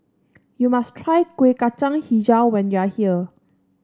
you must try Kueh Kacang hijau when you are here